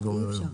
הוא לא ידע למה.